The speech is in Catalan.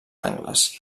angles